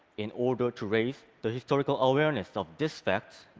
in order to raise the historical awareness of this fact,